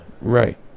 right